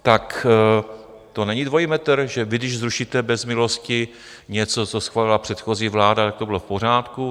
Tak to není dvojí metr, že vy když zrušíte bez milosti něco, co schválila předchozí vláda, tak to bylo v pořádku?